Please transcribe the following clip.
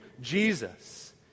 Jesus